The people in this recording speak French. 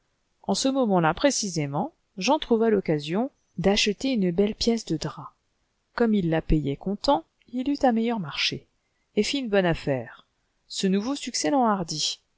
en ce moment-là précisément jean trouva l'occasion d'acheter une belle pièce de drap comme il la payait comptant il l'eut à meilleur marché et fit une bonne affaire ce nouveau